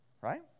right